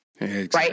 right